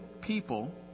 people